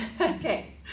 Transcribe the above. okay